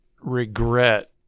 regret